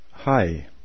Hi